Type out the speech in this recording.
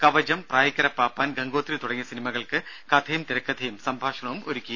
കവചം പ്രായിക്കര പാപ്പാൻ ഗംഗോത്രി തുടങ്ങിയ സിനിമകൾക്ക് കഥയും തിരക്കഥയും സംഭാഷണവും ഒരുക്കി